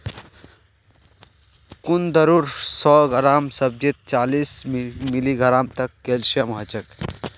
कुंदरूर सौ ग्राम सब्जीत चालीस मिलीग्राम तक कैल्शियम ह छेक